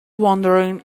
wondering